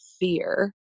fear